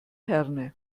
herne